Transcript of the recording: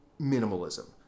minimalism